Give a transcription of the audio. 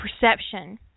perception